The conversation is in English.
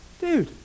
dude